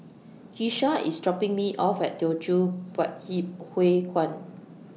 Keesha IS dropping Me off At Teochew Poit Ip Huay Kuan